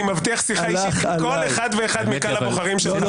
אני מבטיח אישית עם כל אחד ואחד מקהל הבוחרים שלך.